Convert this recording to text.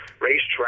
racetrack